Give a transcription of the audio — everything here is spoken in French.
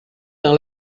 dans